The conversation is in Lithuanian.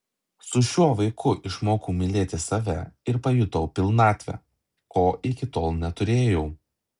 su šiuo vaiku išmokau mylėti save ir pajutau pilnatvę ko iki tol neturėjau